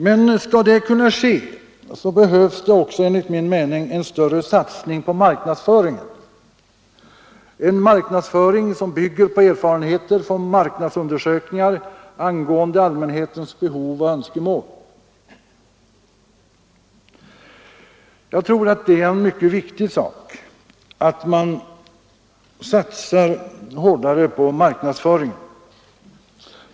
Men skall det kunna ske behövs det också enligt min mening en större satsning på marknadsföringen, en marknadsföring som bygger på erfarenheter från marknadsundersökningar angående allmänhetens behov och önskemål. Jag tror det är mycket viktigt att satsa hårdare på marknadsföringen.